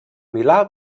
milà